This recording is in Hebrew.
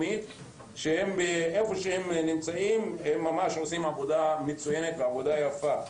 איפה שהם נמצאים הם עושים עבודה מצוינת ויפה.